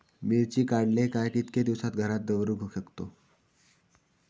मिर्ची काडले काय कीतके दिवस घरात दवरुक शकतू?